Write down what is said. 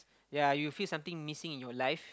yea you feel something missing in your life